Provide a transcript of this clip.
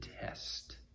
test